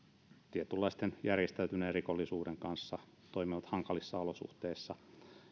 tietynlaisen järjestäytyneen rikollisuuden kanssa toimivat hankalissa olosuhteissa